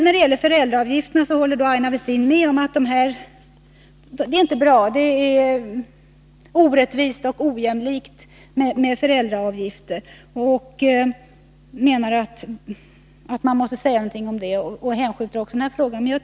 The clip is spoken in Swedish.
När det gäller föräldraavgifterna håller Aina Westin med om att de inte är bra, att de är orättvisa och ojämlika. Hon menar att man måste säga någonting om detta och skjuter också den frågan ifrån sig.